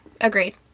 Agreed